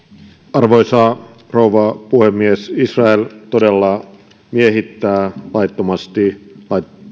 arvoisa rouva puhemies israel todella miehittää laittomasti